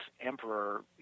emperor